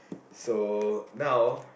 so now